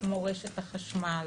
כמו רשת החשמל,